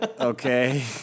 okay